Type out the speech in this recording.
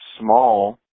small